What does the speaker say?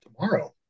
Tomorrow